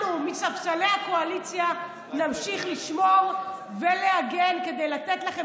אנחנו מספסלי הקואליציה נמשיך לשמור ולהגן כדי לתת לכם